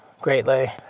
greatly